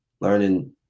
learning